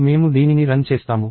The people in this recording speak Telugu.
మేము దీనిని రన్ చేస్తాము